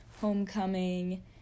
homecoming